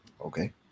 Okay